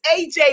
AJ